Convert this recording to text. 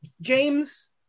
James